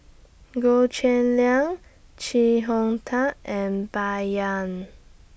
Goh Cheng Liang Chee Hong Tat and Bai Yan